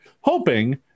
hoping